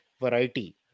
variety